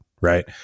right